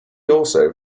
also